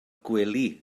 gwely